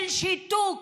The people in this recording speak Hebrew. של שיתוק,